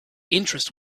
interest